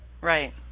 Right